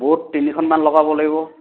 board তিনিখনমান লগাব লাগিব